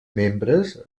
membres